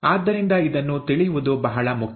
ಆದ್ದರಿಂದ ಇದನ್ನು ತಿಳಿಯುವುದು ಬಹಳ ಮುಖ್ಯ